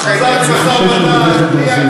אני חושב שהוא בדרך לברזיל.